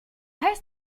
heißt